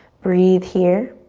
breathe here.